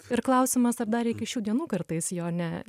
ir klausimas ar dar iki šių dienų kartais jo ne